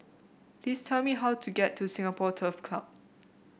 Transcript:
please tell me how to get to Singapore Turf Club